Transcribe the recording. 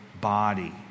body